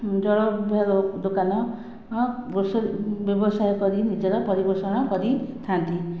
ଜଳ ବିଭାଗ ଦୋକାନ ଗ୍ରୋସରୀ ବ୍ୟବସାୟ କରି ନିଜର ପରିପୋଷଣ କରିଥାନ୍ତି